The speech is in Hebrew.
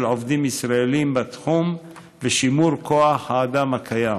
עובדים ישראלים בתחום ושימור כוח האדם הקיים,